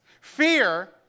Fear